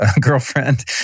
girlfriend